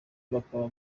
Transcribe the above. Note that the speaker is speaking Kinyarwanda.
bakaba